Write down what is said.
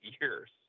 years